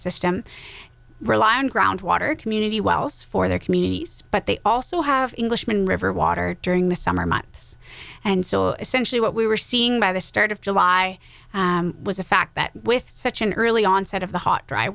system rely on ground water community wells for their communities but they also have englishman river water during the summer months and so essentially what we were seeing by the start of july was the fact that with such an early onset of the hot dry